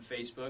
Facebook